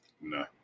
No